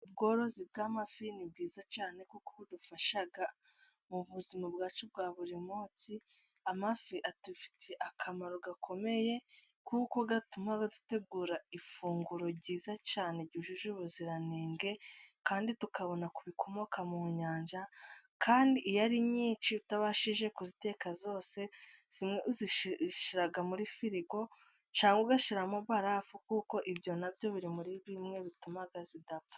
Ubworozi bw'amafi ni bwiza cyane kuko ubudufasha mu buzima bwacu bwa buri munsi. Amafi adufitiye akamaro gakomeye kuko atuma dutegura ifunguro ryiza cyane ryujuje ubuziranenge kandi tukabona ku bikomoka mu nyanja, kandi iyo ari nyinshi utabashije kuziteka zose zimwe uzishyira muri firigo cyangwa ugashyiramo barafu kuko ibyo nabyo biri muri bimwe bituma zidapfa.